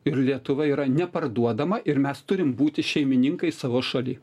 ir lietuva yra neparduodama ir mes turim būti šeimininkais savo šaly